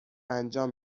انجام